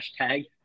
hashtag